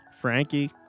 Frankie